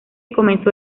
comenzó